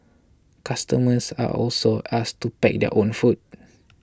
customers are also asked to pack their own food